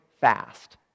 fast